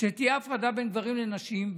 שתהיה הפרדה בין גברים לנשים,